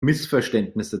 missverständnisse